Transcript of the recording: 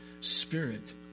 Spirit